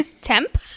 Temp